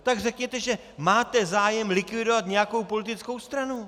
Tak řekněte, že máte zájem likvidovat nějakou politickou stranu.